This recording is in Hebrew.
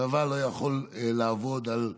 צבא לא יכול לעבוד על כפייה,